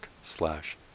slash